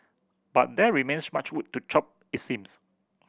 but there remains much wood to chop it seems